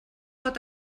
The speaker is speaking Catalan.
pot